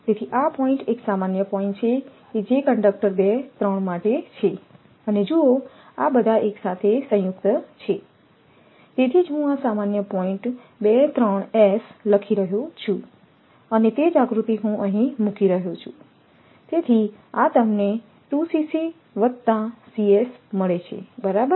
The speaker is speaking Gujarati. તેથી આ પોઇન્ટ્ એક સામાન્ય પોઇન્ટ્ છે જે કંડક્ટર 2 3 માટે છે અને જુઓ આ બધા એક સાથે સંયુક્ત છે તેથી જ હું આ સામાન્ય પોઇન્ટ્ 23S લખી રહ્યો છું અને તે જ આકૃતિ હું અહીં મૂકી રહ્યો છુંતેથી આ તમને બરાબર